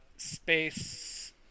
Space